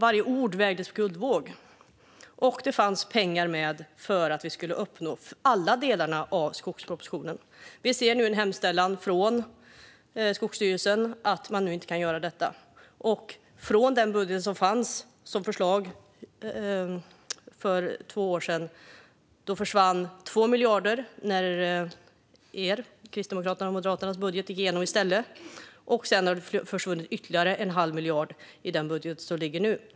Varje ord vägdes på guldvåg, och det fanns pengar avsatta för att uppnå alla delar av skogspropositionen. Men vi ser nu i hemställan från Skogsstyrelsen att man inte kan göra det. Jämfört med i den budget som föreslogs för två år sedan försvann 2 miljarder när Kristdemokraternas och Moderaternas budget i stället gick igenom. Sedan försvann ytterligare en halv miljard i den budget som ligger nu.